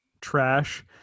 trash